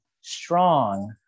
strong